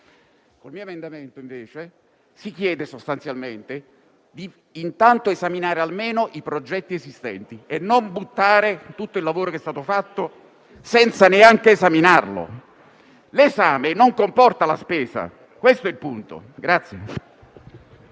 Con l'emendamento 3.1, invece, si chiede sostanzialmente di esaminare almeno i progetti esistenti e non buttare tutto il lavoro che è stato fatto, senza neanche esaminarlo. L'esame non comporta la spesa: questo è il punto.